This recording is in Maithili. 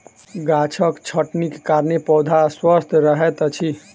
गाछक छटनीक कारणेँ पौधा स्वस्थ रहैत अछि